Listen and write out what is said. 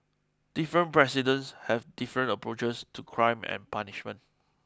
different presidents have different approaches to crime and punishment